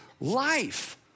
life